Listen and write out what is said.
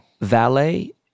Valet